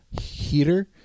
heater